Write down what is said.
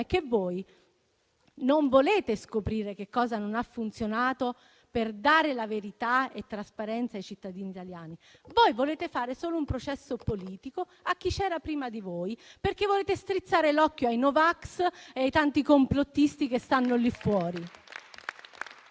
che voi non volete scoprire che cosa non ha funzionato per dare verità e trasparenza ai cittadini italiani. Voi volete fare solo un processo politico a chi c'era prima di voi, perché volete strizzare l'occhio ai no vax e ai tanti complottisti che stanno lì fuori.